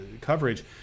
coverage